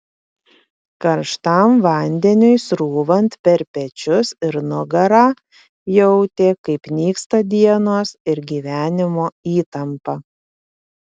karštam vandeniui srūvant per pečius ir nugarą jautė kaip nyksta dienos ir gyvenimo įtampa